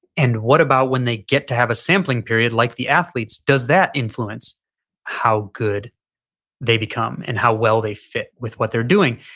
and what about when they get to have a sampling period like the athletes? does that influence how good they become, and how well they fit with what they're doing?